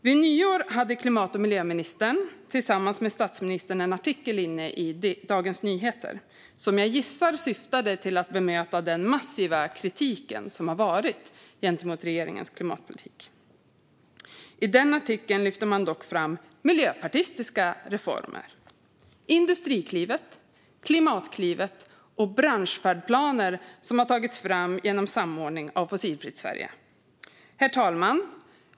Vid nyår hade klimat och miljöministern tillsammans med statsministern en artikel i Dagens Nyheter, som jag gissar syftade till att bemöta den massiva kritiken mot regeringens klimatpolitik. I den artikeln lyfte man dock fram miljöpartistiska reformer: Industriklivet, Klimatklivet och branschfärdplaner som har tagits fram genom samordning av Fossilfritt Sverige. Herr talman!